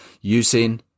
using